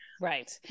right